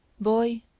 Boy